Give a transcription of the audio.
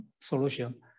solution